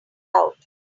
out